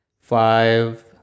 five